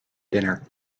dinner